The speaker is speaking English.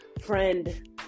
friend